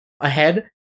ahead